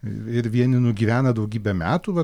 ir vieni nugyvena daugybę metų va